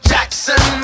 Jackson